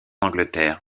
angleterre